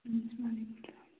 وعلیکُم سلام